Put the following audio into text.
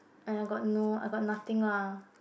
and I got no I got nothing lah